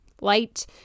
light